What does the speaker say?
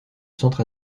centre